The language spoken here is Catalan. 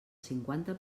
cinquanta